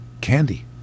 candy